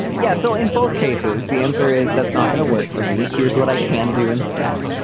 and yeah. so in both cases the answer is that's not going to work for me. here's what i can do instead.